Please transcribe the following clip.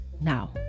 now